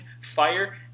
fire